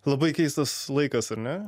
labai keistas laikas ar ne